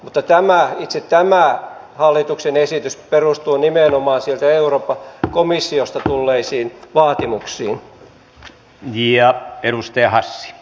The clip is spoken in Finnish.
mutta itse tämä hallituksen esitys perustuu nimenomaan sieltä euroopan komissiosta tulleisiin vaatimuksiin